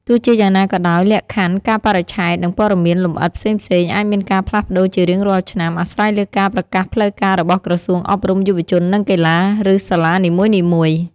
ទោះជាយ៉ាងណាក៏ដោយ លក្ខខណ្ឌ កាលបរិច្ឆេទ និងព័ត៌មានលម្អិតផ្សេងៗអាចមានការផ្លាស់ប្ដូរជារៀងរាល់ឆ្នាំ អាស្រ័យលើការប្រកាសផ្លូវការរបស់ក្រសួងអប់រំ យុវជន និងកីឡា ឬសាលានីមួយៗ។